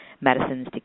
medicines